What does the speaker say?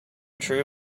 true